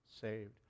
saved